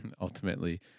Ultimately